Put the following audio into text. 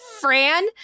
Fran